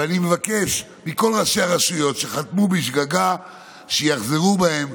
ואני מבקש מכל ראשי הרשויות שחתמו בשגגה שיחזרו בהם,